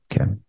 Okay